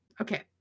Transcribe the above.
Okay